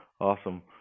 Awesome